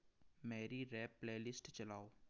मेरी rap playlist चलाओ